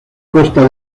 costa